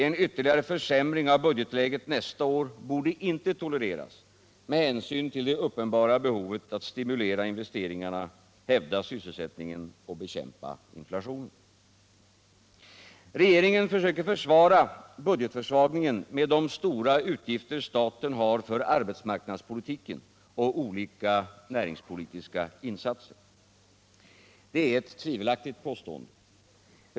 En ytterligare försämring av budgetläget nästa år borde inte tolereras med hänsyn till det uppenbara behovet av att stimulera investeringarna, hävda sysselsättningen och bekämpa inflationen. Regeringen försöker försvara budgetförsvagningen med de stora utgifter staten har för arbetsmarknadspolitiken och olika näringspolitiska insatser. Det är ett tvivelaktigt påstående.